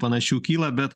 panašių kyla bet